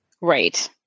Right